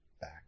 back